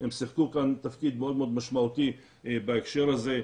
הם שיחקו כאן תפקיד מאוד מאוד משמעותי בהקשר הזה.